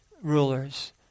rulers